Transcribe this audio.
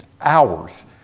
hours